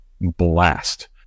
blast